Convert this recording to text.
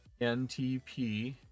ntp